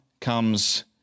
comes